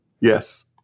Yes